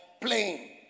playing